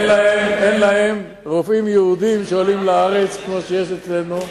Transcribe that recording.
אין להם רופאים יהודים שעולים לארץ כמו שיש אצלנו,